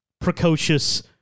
precocious-